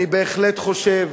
אני בהחלט חושב